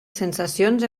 sensacions